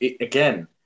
again